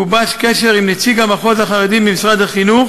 גובש קשר עם נציג המחוז החרדי במשרד החינוך